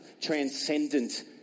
transcendent